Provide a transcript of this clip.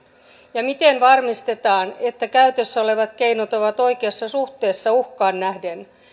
ja miten varmistetaan että käytössä olevat keinot ovat oikeassa suhteessa uhkaan nähden